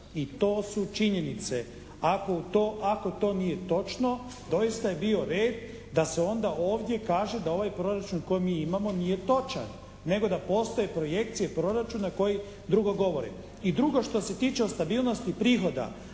i to su činjenice. Ako to nije točno doista je bio red da se onda ovdje kaže da ovaj proračun koji mi imamo nije točan, nego da postoje projekcije proračuna koji drugo govore. I drugo što se tiče o stabilnosti prihoda,